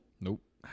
Nope